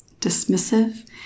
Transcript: dismissive